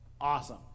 awesome